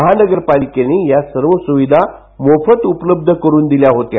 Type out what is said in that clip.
महानगरपालिकेने या सर्व स्विधा मोफत उपलब्ध करून दिल्या होत्या